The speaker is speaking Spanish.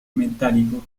metálico